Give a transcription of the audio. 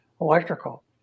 electrical